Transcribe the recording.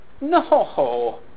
no